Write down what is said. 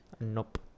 Nope